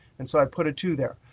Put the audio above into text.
and so i put a two there.